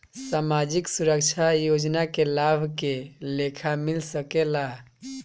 सामाजिक सुरक्षा योजना के लाभ के लेखा मिल सके ला?